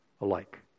alike